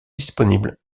disponible